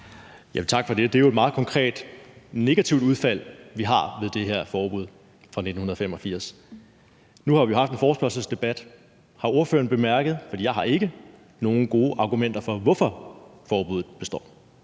Tak for det. Og det er jo et meget konkret negativt udfald, vi har ved det her forbud fra 1985, og nu har vi jo haft en forespørgselsdebat. Har ordføreren bemærket – for det har jeg ikke – nogen gode argumenter for, at forbuddet består?